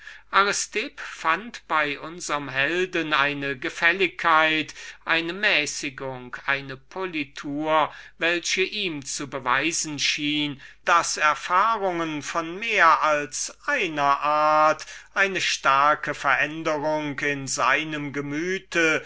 fand bei unserm helden eine gefälligkeit eine politesse eine mäßigung welche ihm zu beweisen schien daß erfahrungen von mehr als einer art eine starke revolution in seinem gemüte